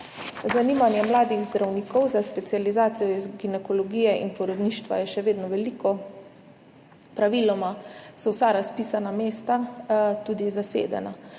Zanimanje mladih zdravnikov za specializacijo iz ginekologije in porodništva je še vedno veliko. Praviloma so vsa razpisana mesta tudi zasedena.